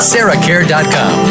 SarahCare.com